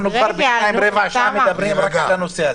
אנחנו רבע שעה מדברים על זה.